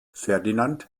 ferdinand